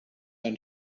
ein